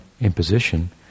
imposition